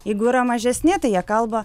jeigu yra mažesni tai jie kalba